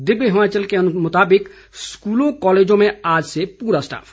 दिव्य हिमाचल के मुताबिक स्कूलों कॉलेजों में आज से पूरा स्टाफ